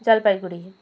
Jalpaiguri